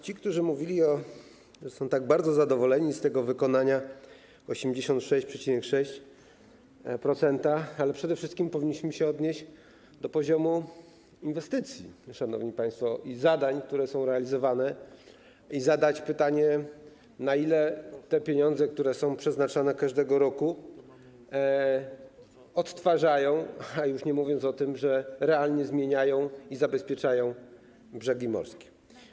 Ci, którzy mówili, że są tak bardzo zadowoleni z tego wykonania 86,6%, przede wszystkim powinni się odnieść do poziomu inwestycji i zadań, które są realizowane, i zadać pytanie, na ile te pieniądze, które są przeznaczane każdego roku, odtwarzają, a już nie mówiąc o tym, że realnie zmieniają i zabezpieczają brzegi morskie.